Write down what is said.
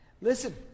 Listen